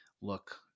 look